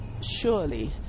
surely